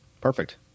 Perfect